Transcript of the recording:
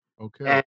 Okay